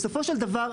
בסופו של דבר,